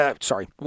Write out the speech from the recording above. sorry